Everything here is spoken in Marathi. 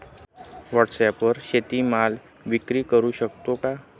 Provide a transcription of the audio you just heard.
व्हॉटसॲपवर शेती माल विक्री करु शकतो का?